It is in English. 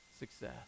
success